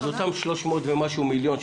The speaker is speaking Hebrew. אז אותם 300 ומשהו מיליון,